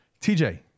TJ